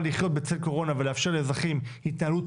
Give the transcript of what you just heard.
לחיות בצל קורונה ולאפשר לאזרחים התנהלות